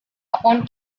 upon